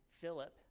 Philip